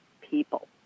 people